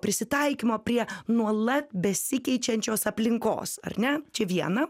prisitaikymo prie nuolat besikeičiančios aplinkos ar ne čia viena